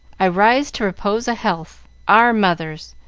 i rise to propose a health, our mothers.